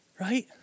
right